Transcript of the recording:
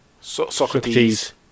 Socrates